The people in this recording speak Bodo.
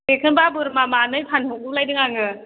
बेखौबा बोरमा मानै फानहरगुलायदों आङो